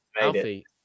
Alfie